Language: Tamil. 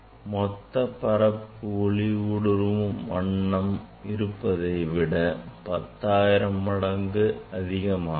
மொத்தப் பரப்பு ஒளி ஊடுருவும் வண்ணம் இருந்ததை விட 10000 மடங்கு அதிகரிக்கும்